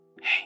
Hey